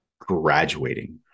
graduating